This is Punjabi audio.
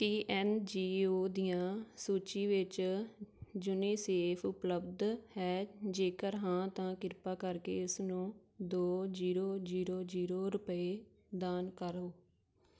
ਕੀ ਐਨ ਜੀ ਓ ਦੀਆਂ ਸੂਚੀ ਵਿੱਚ ਯੂਨੀਸੇਫ ਉਪਲੱਬਧ ਹੈ ਜੇਕਰ ਹਾਂ ਤਾਂ ਕਿਰਪਾ ਕਰਕੇ ਇਸ ਨੂੰ ਦੋ ਜੀਰੋ ਜੀਰੋ ਜੀਰੋ ਰੁਪਏ ਦਾਨ ਕਰੋ